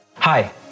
Hi